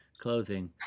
Clothing